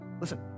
listen